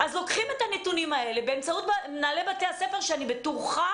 אז לוקחים את הנתונים האלה באמצעות מנהלי בתי-הספר שאני בטוחה